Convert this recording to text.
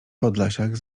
podlasiak